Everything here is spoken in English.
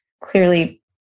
clearly